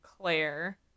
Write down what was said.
Claire